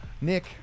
Nick